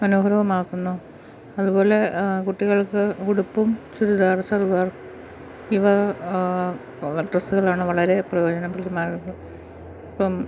മനോഹരവുമാക്കുന്നു അതു പോലെ കുട്ടികൾക്ക് ഉടുപ്പും ചുരിദാർ സൽവാർ വിവാഹ ഡ്രസ്സുകളാണ് വളരെ പ്രയോജനത്തിൽ മാറുന്നു ഇപ്പം